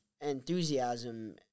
enthusiasm